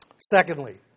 Secondly